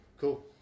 Cool